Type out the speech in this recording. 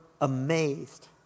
amazed